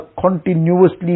continuously